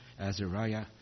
Azariah